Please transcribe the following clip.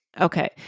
Okay